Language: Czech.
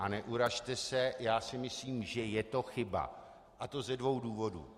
A neurazte se, já si myslím, že je to chyba, ze dvou důvodů.